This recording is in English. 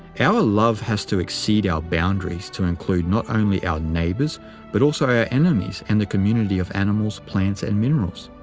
our love has to exceed our boundaries to include not only our neighbors but also our enemies and the community of animals, plants, and minerals.